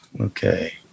Okay